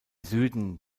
süden